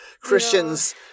Christians